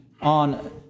on